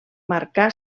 marcà